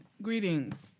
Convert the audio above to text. Greetings